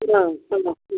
ഇന്നാ വന്നോ